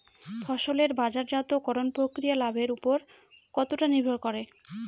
ফসলের বাজারজাত করণ প্রক্রিয়া লাভের উপর কতটা নির্ভর করে?